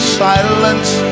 silence